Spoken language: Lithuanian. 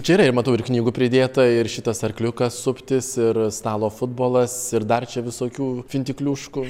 čia yra ir matau ir knygų pridėta ir šitas arkliukas suptis ir stalo futbolas ir dar čia visokių fintikliuškų